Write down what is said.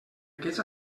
aquests